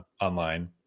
online